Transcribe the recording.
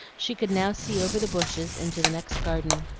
she could now see over the bushes into the next garden.